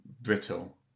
brittle